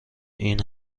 این